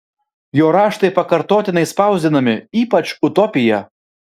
jo raštai pakartotinai spausdinami ypač utopija